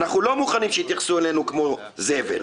אנחנו לא מוכנים שיתייחסו אלינו כמו זבל.